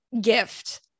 gift